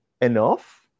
enough